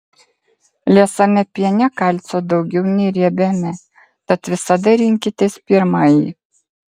liesame piene kalcio daugiau nei riebiame tad visada rinkitės pirmąjį